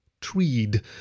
Treed